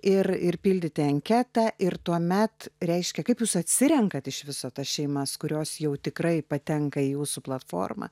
ir ir pildyti anketą ir tuomet reiškia kaip jūs atsirenkate iš viso tas šeimas kurios jau tikrai patenka į jūsų platformą